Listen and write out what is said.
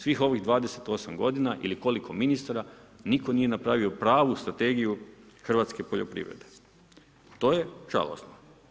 Svih ovih 28 g. ili koliko ministra, nitko nije napravio pravu strategiju hrvatske poljoprivrede, to je žalosno.